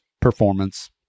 performance